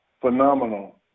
phenomenal